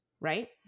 right